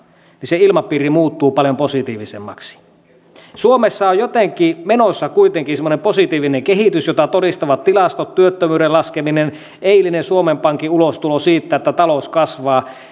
niin se ilmapiiri muuttuu paljon positiivisemmaksi suomessa on jotenkin menossa kuitenkin semmoinen positiivinen kehitys jota todistavat tilastot työttömyyden laskeminen eilinen suomen pankin ulostulo siitä että talous kasvaa